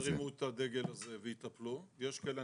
יש רשויות שירימו את הדגל ויטפלו ויש כאלה,